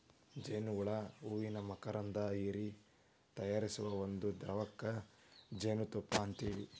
ಜೇನ ಹುಳಾ ಹೂವಿನ ಮಕರಂದಾ ಹೇರಿ ತಯಾರಿಸು ಒಂದ ದ್ರವಕ್ಕ ಜೇನುತುಪ್ಪಾ ಅಂತೆವಿ